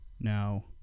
now